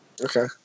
Okay